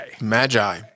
Magi